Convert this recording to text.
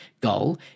goal